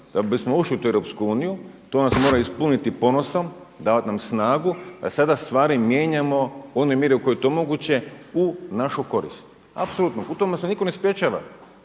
Europsku uniju, to nas mora ispuniti ponosom, davati nam snagu da sada stvari mijenjamo u onoj mjeri u kojoj je to moguće u našu korist, apsolutno, u tome nas nitko ne spriječava.